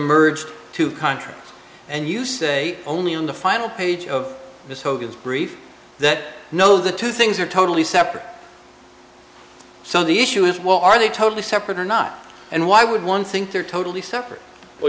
merged two countries and you say only on the final page of this hogans brief that no the two things are totally separate so the issue is well are they totally separate or not and why would one think they're totally separate